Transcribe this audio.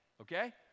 okay